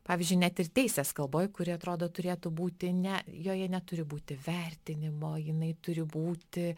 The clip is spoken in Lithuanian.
pavyzdžiui net ir teisės kalboj kuri atrodo turėtų būti ne joje neturi būti vertinimo jinai turi būti